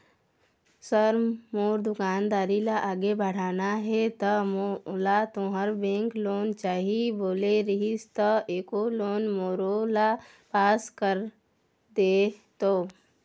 Sir मोर दुकानदारी ला आगे बढ़ाना हे ता मोला तुंहर बैंक लोन चाही बोले रीहिस ता एको लोन मोरोला पास कर देतव?